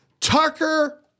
Tucker